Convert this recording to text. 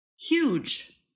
huge